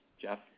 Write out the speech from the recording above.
Jeff